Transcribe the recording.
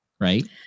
right